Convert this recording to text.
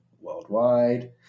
worldwide